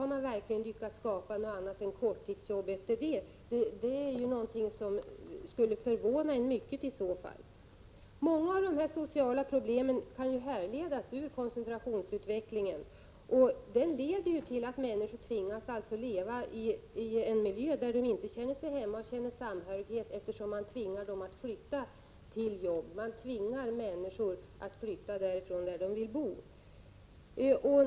Har man verkligen lyckats skapa något annat än korttidsjobb efter avvecklingen? Det skulle förvåna mig mycket i så fall. Många av de sociala problemen kan härledas ur koncentrationsutvecklingen. Den leder till att människor tvingas leva i en miljö där de inte känner sig hemma eller känner någon samhörighet, eftersom de har tvingats att flytta till jobb. Man tvingar människor att flytta från de orter där de vill bo.